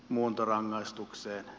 muuntorangaistukseen